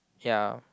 ya